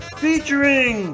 featuring